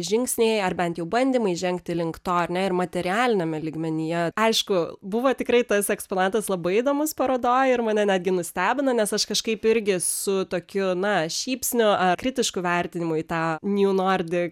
žingsniai ar bent jau bandymai žengti link to ar ne ir materialiniame lygmenyje aišku buvo tikrai tas eksponatas labai įdomus parodoj ir mane netgi nustebino nes aš kažkaip irgi su tokiu na šypsniu ar kritišku vertinimu į tą nju nordik